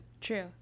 True